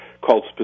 called